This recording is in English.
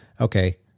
okay